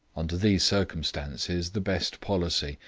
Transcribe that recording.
under these circumstances, the best policy,